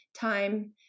time